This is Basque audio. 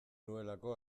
nuelako